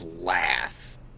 blast